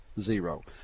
zero